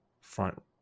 front